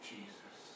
Jesus